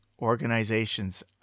Organizations